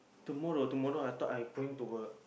tomorrow tomorrow I thought I going to work